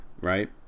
right